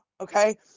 Okay